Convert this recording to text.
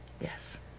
Yes